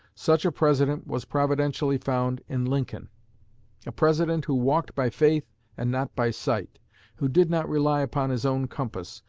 such a president was providentially found in lincoln. a president who walked by faith and not by sight who did not rely upon his own compass,